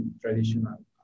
traditional